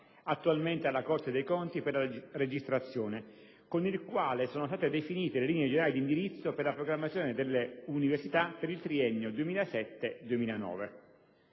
attualmente alla Corte dei conti per la registrazione, con il quale sono state definite le linee generali di indirizzo per la programmazione delle università per il triennio 2007-2009.